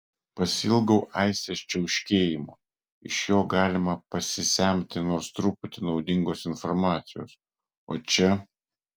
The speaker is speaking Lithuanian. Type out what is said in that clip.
pasiilgau aistės čiauškėjimo iš jo galima pasisemti nors truputį naudingos informacijos o čia